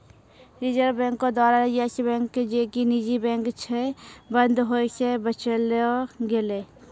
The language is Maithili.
रिजर्व बैंको द्वारा यस बैंक जे कि निजी बैंक छै, बंद होय से बचैलो गेलै